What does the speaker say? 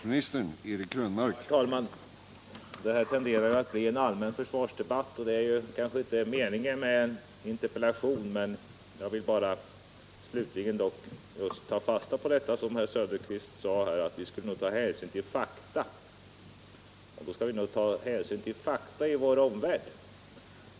Herr talman! Det här tenderar att bli en allmän försvarsdebatt, och det är kanske inte meningen med en interpellation. Jag vill emellertid ta fasta på vad herr Söderqvist sade om att vi skall ta hänsyn till fakta i vår omvärld.